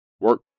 Work